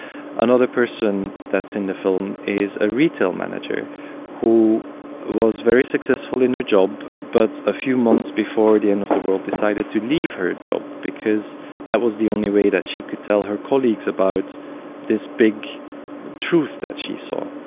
another person that's in the film is a retail manager who was very successful in her job, but a few months before the end of the world decided to leave her job because that was the only way that she could tell her colleagues about this big truth that she saw.